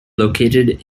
located